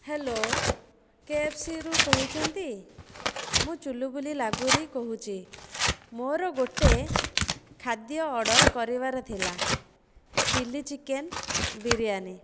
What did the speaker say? hello କେଏଫ୍ସିରୁ କହୁଛନ୍ତି ମୁଁ ଚୂଲୁବୁଲି ଲାଗୁରି କହୁଛି ମୋର ଗୋଟେ ଖାଦ୍ୟ ଅର୍ଡ଼ର କରିବାର ଥିଲା ଚିଲ୍ଲି ଚିକେନ୍ ବିରିୟାନୀ